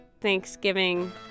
Thanksgiving